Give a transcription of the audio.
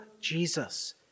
Jesus